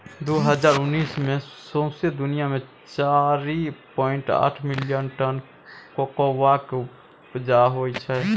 दु हजार उन्नैस मे सौंसे दुनियाँ मे चारि पाइंट आठ मिलियन टन कोकोआ केँ उपजा होइ छै